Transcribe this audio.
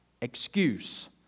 excuse